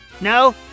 No